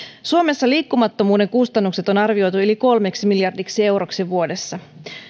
suomessa liikkumattomuuden kustannukset on arvioitu yli kolmeksi miljardiksi euroksi vuodessa